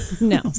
No